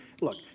Look